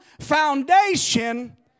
foundation